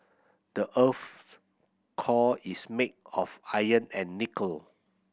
the earth's core is made of iron and nickel